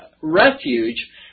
refuge